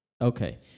Okay